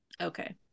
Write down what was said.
Okay